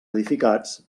edificats